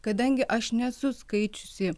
kadangi aš nesu skaičiusi